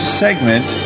segment